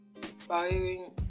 firing